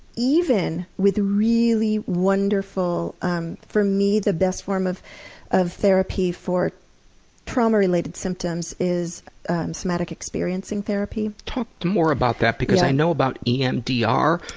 even with really wonderful um for me, the best form of of therapy for trauma-related symptoms is somatic experiencing therapy. talk more about that, because i know about emdr,